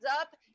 up